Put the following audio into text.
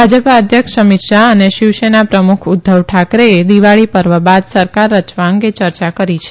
ભાજપા અધ્યક્ષ અમિત શાહ અને શિવસેના પ્રમુખ ઉધ્ધવ ઠાકરે દિવાળી પર્વ બાદ સરકાર રચવા અંગે ચર્ચા કરી છે